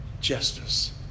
justice